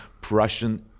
Prussian